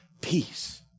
peace